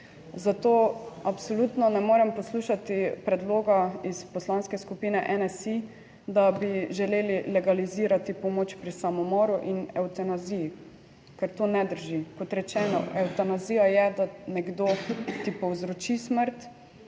ne morem poslušati predloga iz Poslanske skupine NSi, da bi želeli legalizirati pomoč pri samomoru in evtanaziji, ker to ne drži. Kot rečeno, evtanazija je, da nekdo, ki povzroči smrt.